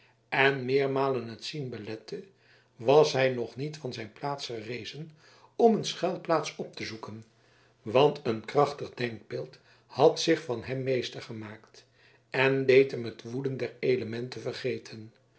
en meermalen het zien belette was hij nog niet van zijn plaats gerezen om een schuilplaats op te zoeken want een krachtig denkbeeld had zich van hem meester gemaakt en deed hem het woeden der elementen vergeten